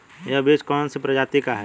यह बीज कौन सी प्रजाति का है?